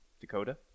Dakota